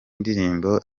ndirimbo